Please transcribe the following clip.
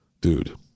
dude